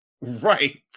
Right